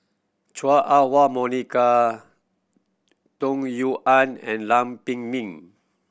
Chua Ah Huwa Monica Tung Yue Nang and Lam Pin Min